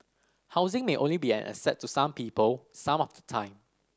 housing may only be an asset to some people some of the time